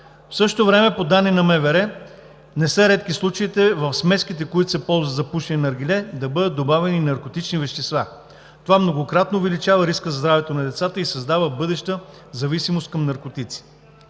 В същото време, по данни на МВР, не са редки случаите в смеските, които се ползват за пушене на наргиле, да бъдат добавени наркотични вещества. Това многократно увеличава риска за здравето на децата и създава бъдеща зависимост към наркотици.